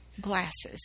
glasses